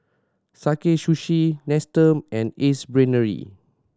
Sakae Sushi Nestum and Ace Brainery